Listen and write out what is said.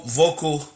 vocal